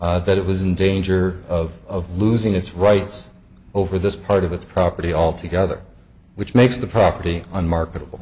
that it was in danger of losing its rights over this part of its property all together which makes the property unmarketable